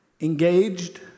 engaged